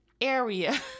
area